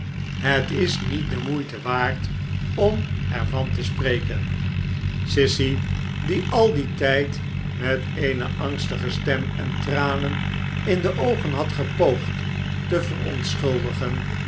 het is niet de moeite waard om er van te spreken sissy die zich al dien tijd met eene angstige stem en tranen in de oogen had gepoogd te verontschuldigen